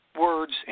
words